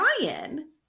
Ryan